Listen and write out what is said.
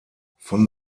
von